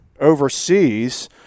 overseas